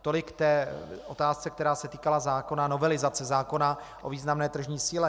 Tolik k té otázce, která se týkala novelizace zákona o významné tržní síle.